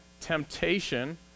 Temptation